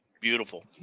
beautiful